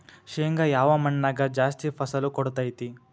ಶೇಂಗಾ ಯಾವ ಮಣ್ಣಾಗ ಜಾಸ್ತಿ ಫಸಲು ಕೊಡುತೈತಿ?